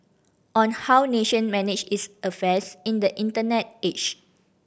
on how nation manage its affairs in the Internet age